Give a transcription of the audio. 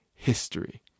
history